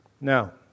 Now